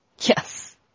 Yes